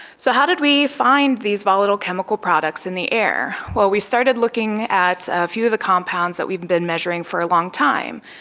so how did we find these volatile chemical products in the air? well, we started looking at a few of the compounds that we've been measuring for a long time.